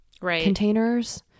containers